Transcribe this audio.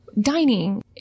Dining